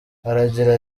aragira